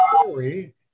story